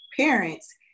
parents